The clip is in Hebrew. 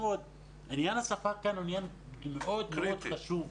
עניין השפה כאן הוא מאוד מאוד חשוב.